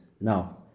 now